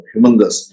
humongous